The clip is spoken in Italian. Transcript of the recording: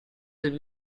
del